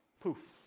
Poof